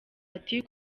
ati